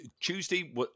Tuesday